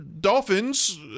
Dolphins